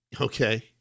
okay